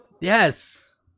Yes